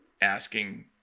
asking